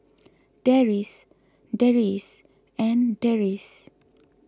Deris Deris and Deris